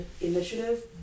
initiative